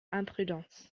imprudence